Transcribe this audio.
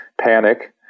panic